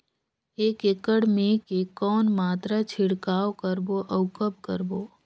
एक एकड़ मे के कौन मात्रा छिड़काव करबो अउ कब करबो?